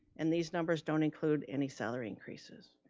and these numbers don't include any salary increases.